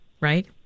right